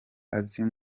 aziga